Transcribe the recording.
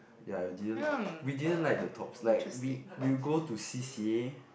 ya we didn't we didn't like the tops like we we will go to C_C_A